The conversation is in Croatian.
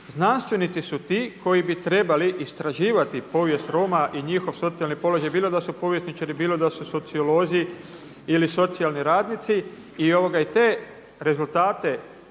Znanstvenici su ti koji bi trebali istraživati povijest Roma i njihov socijalni položaj bilo da su povjesničari, bilo da su sociolozi ili socijalni radnici. I te rezultate